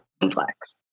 complex